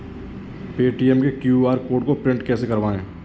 Paytm के QR code को print कैसे करवाएँ?